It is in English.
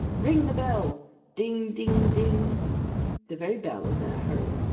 ring the bell ding, ding, ding the very bell is in a hurry.